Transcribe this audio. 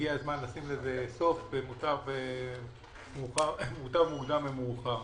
הגיע הזמן לשים לזה סוף, ומוטב מוקדם ממאוחר.